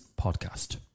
podcast